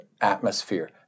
atmosphere